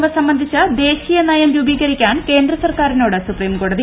എന്നിവ സംബന്ധിച്ച് ദേശ്വീയിനിയം രൂപീകരിക്കാൻ കേന്ദ്ര സർക്കാരിനോട് സുപ്രീംകോടതി